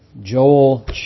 Joel